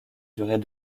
durait